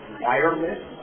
wireless